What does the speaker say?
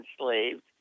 enslaved